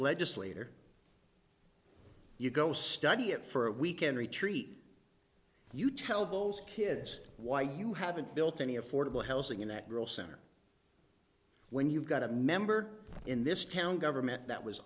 legislator you go study it for a weekend retreat you tell those kids why you haven't built any affordable housing in that girl center when you've got a member in this town government that was